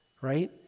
right